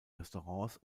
restaurants